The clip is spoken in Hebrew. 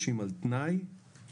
הזה ובכלל על העיסוק במערכת הבריאות.